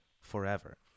forever